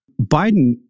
Biden